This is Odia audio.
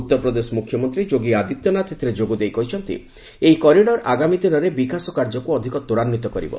ଉତ୍ତରପ୍ରଦେଶ ମୁଖ୍ୟମନ୍ତ୍ରୀ ଯୋଗୀ ଆଦିତ୍ୟନାଥ ଏଥିରେ ଯୋଗଦେଇ କହିଛନ୍ତି ଏହି କରିଡ଼ର ଆଗାମୀ ଦିନରେ ବିକାଶ କାର୍ଯ୍ୟକୁ ଅଧିକ ତ୍ୱରାନ୍ୱିତ କରିବ